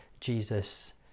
Jesus